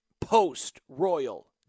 post-royal